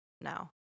no